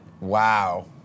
Wow